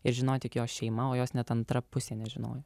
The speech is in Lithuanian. ir žinojo tik jos šeima jos net antra pusė nežinojo